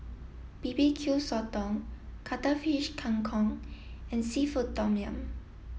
B B Q Sotong Cuttlefish Kang Kong and Seafood Tom Yum